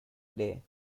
day